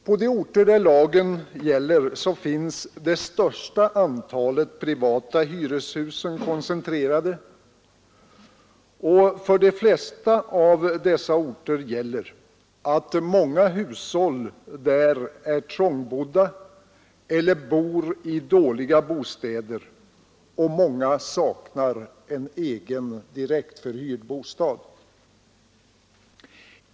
På de orter där lagen gäller finns det största antalet privata hyreshus koncentrerade, och om de flesta av dessa orter kan sägas att många hushåll är trångbodda eller att människorna bor i dåliga bostäder, och många saknar en egen direktförhyrd bostad.